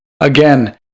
again